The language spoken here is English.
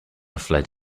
fled